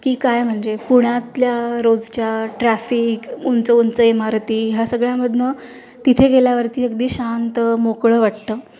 की काय म्हणजे पुण्यातल्या रोजच्या ट्रॅफिक उंच उंच इमारती ह्या सगळ्यामधून तिथे गेल्यावरती अगदी शांत मोकळं वाटतं